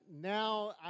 now